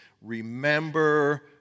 Remember